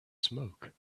smoke